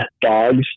dogs